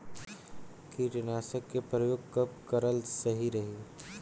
कीटनाशक के प्रयोग कब कराल सही रही?